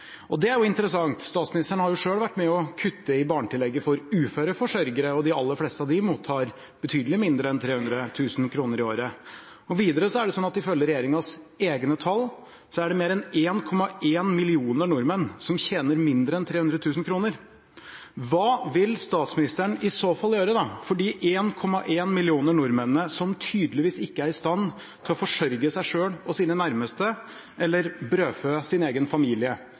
Det er jo interessant. Statsministeren har selv vært med og kuttet i barnetillegget for uføre forsørgere, og de aller fleste av dem mottar betydelig mindre enn 300 000 kr i året. Videre er det sånn ifølge regjeringens egne tall at det er mer enn 1,1 millioner nordmenn som tjener mindre enn 300 000 kr. Hva vil statsministeren i så fall gjøre for de 1,1 millioner nordmennene som tydeligvis ikke er i stand til å forsørge seg selv og sine nærmeste – eller «brødfø sin egen familie»,